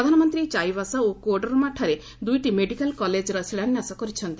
ପ୍ରଧାନମନ୍ତ୍ରୀ ଚାଇବାସା ଓ କୋଡର୍ମାଠାରେ ଦୁଇଟି ମେଡିକାଲ୍ କଲେଜର ଶିଳାନ୍ୟାସ କରିଛନ୍ତି